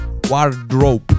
Wardrobe